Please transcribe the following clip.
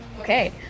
Okay